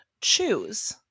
choose